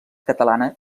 catalana